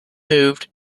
moved